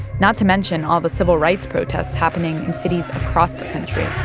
not to mention all the civil rights protests happening in cities across the country